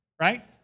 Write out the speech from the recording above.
Right